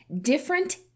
different